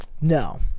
No